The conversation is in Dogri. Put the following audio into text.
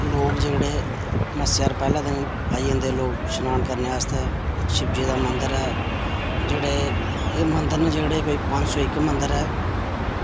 लोग जेह्ड़े मस्सेआ पर पैह्ले दिन आई जंदे लोग स्नान करने आस्तै शिव जी दा मंदर ऐ जेह्ड़े एह् मंदर न जेह्ड़े कोई पंज सौ इक इक मंदर ऐ